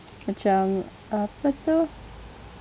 macam apa itu